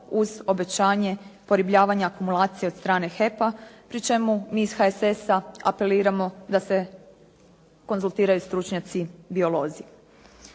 uz obećanje poribljavanja akumulacije od strane HEP-a, pri čemu mi iz HSS-a apeliramo da se konzultiraju stručnjaci biolozi.